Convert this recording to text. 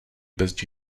bez